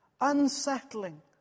unsettling